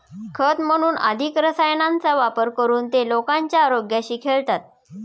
खत म्हणून अधिक रसायनांचा वापर करून ते लोकांच्या आरोग्याशी खेळतात